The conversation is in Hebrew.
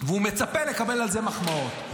והוא מצפה לקבל על זה מחמאות.